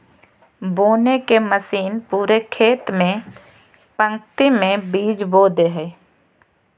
बोने के मशीन पूरे खेत में पंक्ति में बीज बो दे हइ